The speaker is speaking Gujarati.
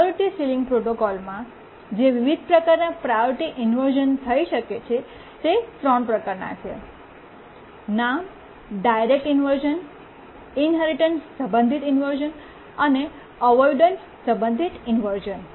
પ્રાયોરિટી સીલીંગ પ્રોટોકોલમાં જે વિવિધ પ્રકારનાં પ્રાયોરિટી ઇન્વર્શ઼ન થઈ શકે છે તે ત્રણ પ્રકારનાં છે નામ ડાયરેક્ટ ઇન્વર્શ઼ન ઇન્હેરિટન્સ સંબંધિત ઇન્વર્શ઼ન અને અવોઇડન્સ સંબંધિત ઇન્વર્શ઼ન